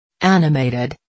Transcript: Animated